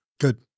Good